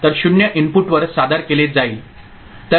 तर 0 इनपुटवर सादर केले जाईल